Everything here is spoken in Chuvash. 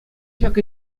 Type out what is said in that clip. ҫак